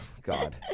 God